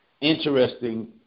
interesting